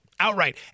outright